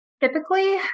Typically